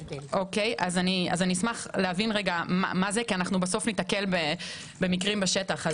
אשמח להבין מה זה, כי ניתקל במקרים בשטח.